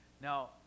Now